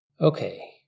Okay